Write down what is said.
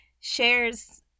shares